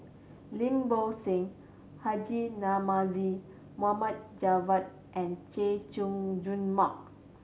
Lim Bo Seng Haji Namazie Mohd Javad and Chay Jung Jun Mark